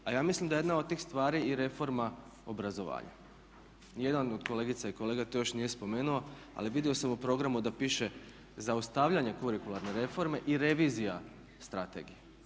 A ja mislim da je jedna od tih stvari i reforma obrazovanja. Nijedna od kolegica i kolega to još nije spomenuo ali vidio sam u programu da piše zaustavljanje kurikuralne reforme i revizija strategije.